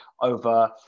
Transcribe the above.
over